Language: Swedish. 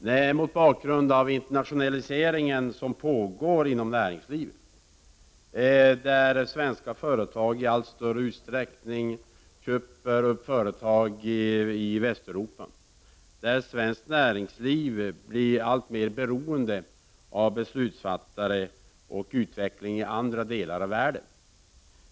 Det pågår en internationalisering inom näringslivet där svenska företag i allt större utsträckning köper upp företag i Västeuropa, där svenskt näringsliv blir alltmer beroende av beslutsfattare och utveckling i andra delar av världen.